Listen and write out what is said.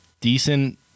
decent